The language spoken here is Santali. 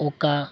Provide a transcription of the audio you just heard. ᱚᱠᱟ